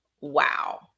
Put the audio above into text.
wow